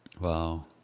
Wow